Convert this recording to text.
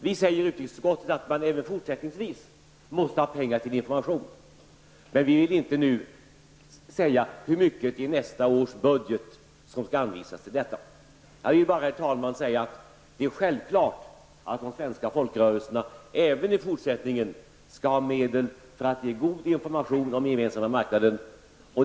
Vi säger i utrikesutskottet att man även fortsättningsvis måste ha pengar till information, men vi vill inte nu säga hur mycket i nästa års budget som skall anvisas till detta. Jag vill bara, herr talman, säga att det är självklart att de svenska folkrörelserna även i fortsättningen skall ha medel för att ge god information om den gemensamma marknaden.